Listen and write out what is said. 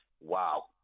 wow